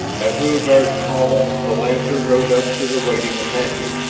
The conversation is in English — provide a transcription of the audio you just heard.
at hulagur's call the lancer rode up to the waiting apache,